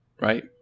right